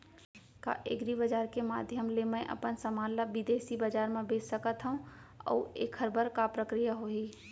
का एग्रीबजार के माधयम ले मैं अपन समान ला बिदेसी बजार मा बेच सकत हव अऊ एखर का प्रक्रिया होही?